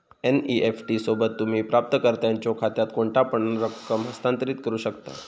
NEFT सोबत, तुम्ही प्राप्तकर्त्याच्यो खात्यात कोणतापण रक्कम हस्तांतरित करू शकता